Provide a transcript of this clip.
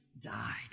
died